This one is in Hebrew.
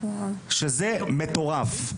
שזה מטורף,